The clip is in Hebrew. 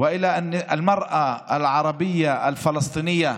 ואת הנשים הערביות הפלסטיניות,